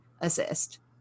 assist